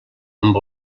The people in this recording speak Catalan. amb